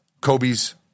Kobe's